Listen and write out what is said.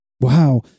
Wow